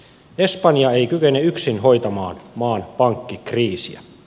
espanja ei kykene yksin hoitamaan maan pankkikriisiä